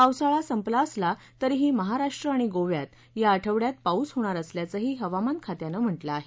पावसाळा संपला असला तरीही महाराष्ट्र आणि गोव्यात या आठवड्यात पाऊस होणार असल्याचंही हवामान खात्यानं म्हटलं आहे